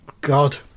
God